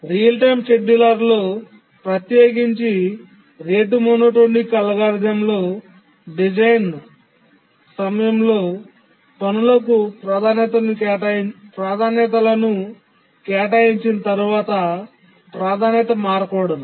real time షెడ్యూలర్లో ప్రత్యేకించి rate monotonic అల్గోరిథంలో డిజైన్ సమయంలో పనులకు ప్రాధాన్యతలను కేటాయించిన తర్వాత ప్రాధాన్యత మారకూడదు